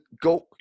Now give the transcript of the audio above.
go –